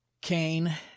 Cain